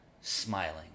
smiling